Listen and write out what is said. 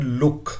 look